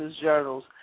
Journals